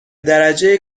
درجه